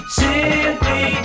simply